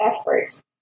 effort